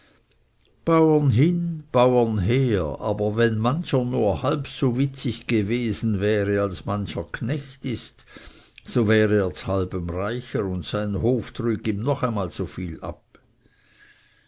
bauren hin bauren her aber wenn mancher nur halb so witzig gewesen wäre als mancher knecht ist so wäre er z'halbem reicher und sein hof trüg ihm noch einmal so viel ab